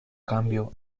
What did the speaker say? cambio